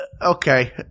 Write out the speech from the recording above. okay